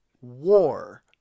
war